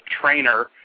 trainer